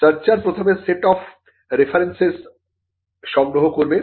searcher প্রথমে set of references সংগ্রহ করবে